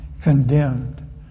condemned